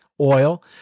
oil